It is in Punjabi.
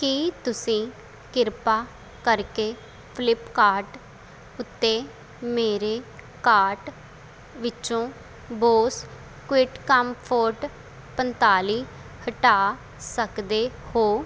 ਕੀ ਤੁਸੀਂ ਕਿਰਪਾ ਕਰਕੇ ਫਲਿਪਕਾਰਟ ਉੱਤੇ ਮੇਰੇ ਕਾਰਟ ਵਿੱਚੋਂ ਬੋਸ ਕੁਈਟਕਾਮਫੋਰਟ ਪੰਤਾਲੀ ਹਟਾ ਸਕਦੇ ਹੋ